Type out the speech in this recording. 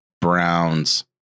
Browns